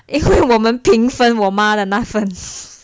因为我们评分我妈的那份